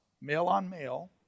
male-on-male